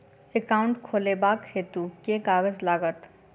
Account खोलाबक हेतु केँ कागज लागत?